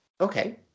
okay